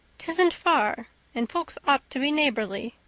tisn't far and folks ought to be neighborly.